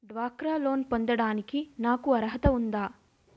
డ్వాక్రా లోన్ పొందటానికి నాకు అర్హత ఉందా?